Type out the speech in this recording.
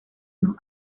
nos